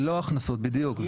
לא הכנסות, בדיוק.